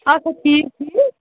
اَدٕ سا ٹھیٖک ٹھیٖک